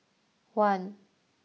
one